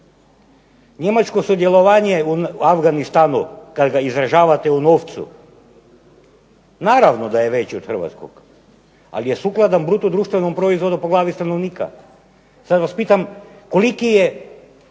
Njemačko sudjelovanje u Afganistanu kad ga izražavate u novcu naravno da je veći od hrvatskog, ali je sukladan BDP-u po glavi stanovnika. Sad vas pitam koliki je